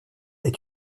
est